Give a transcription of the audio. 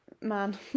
man